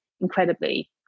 incredibly